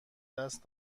دست